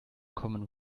common